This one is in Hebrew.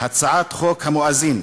הצעת חוק המואזין,